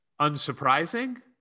unsurprising